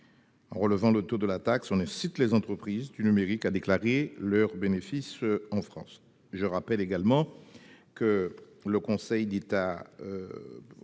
En relevant le taux de la taxe, on incite les entreprises du numérique à déclarer leurs bénéfices en France. Je rappelle que le Conseil d'État